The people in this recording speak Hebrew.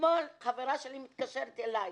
אתמול חברה שלי התקשרה אליי,